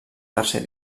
tercer